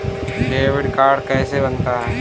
Debit card कैसे बनता है?